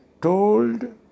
told